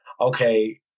okay